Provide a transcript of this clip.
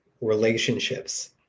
relationships